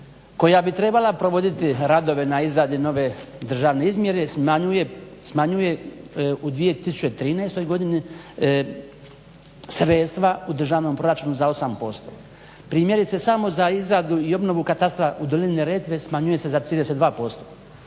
koja bi trebala provoditi radove na izradi nove državne izmjere smanjuje u 2013. godini sredstva u državnom proračunu za 8%. Primjerice samo za izradu i obnovu katastra u dolini Neretve smanjuje se za 32%.